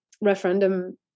referendum